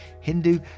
Hindu